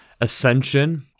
ascension